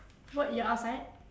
what you're outside